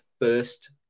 first